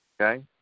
Okay